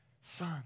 son